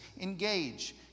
Engage